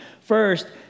First